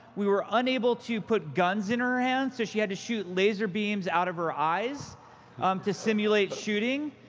we were unable to put guns in her hands, so she had to shoot laser beams out of her eyes um to simulate shooting.